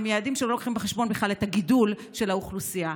הם יעדים שלא לוקחים בחשבון בכלל את הגידול של האוכלוסייה.